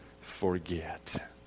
forget